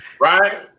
right